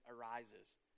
arises